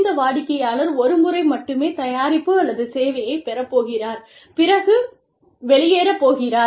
இந்த வாடிக்கையாளர் ஒரு முறை மட்டுமே தயாரிப்பு அல்லது சேவையை பெறப் போகிறார் பிறகு வெளியேறப் போகிறார்